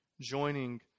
Joining